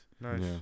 Nice